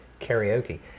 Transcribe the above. karaoke